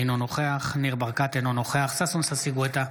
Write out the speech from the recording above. אינו נוכח ניר ברקת, אינו נוכח ששון ששי גואטה,